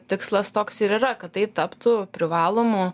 tikslas toks ir yra kad tai taptų privalomu